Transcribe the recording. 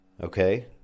Okay